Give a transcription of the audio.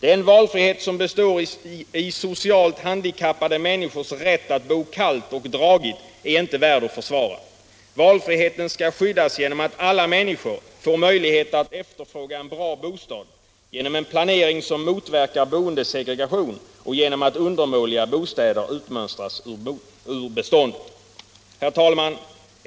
—- Den valfrihet som består i socialt handikappade människors rätt att bo kallt och dragigt är inte värd att försvara —-—-—-. Valfriheten skall skyddas genom att alla människor får möjlighet att efterfråga en bra bostad, genom en planering som motverkar boendesegregation och genom att undermåliga bostäder utmönstras ur beståndet. Herr talman!